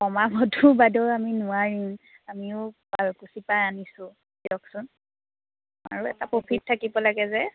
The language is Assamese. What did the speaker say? কমাবতো বাইদেউ আমি নোৱাৰিম আমিও শুৱালকুছিৰ পৰাই আনিছোঁ দিয়কচোন আৰু এটা প্ৰফিট থাকিব লাগে যে